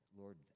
lord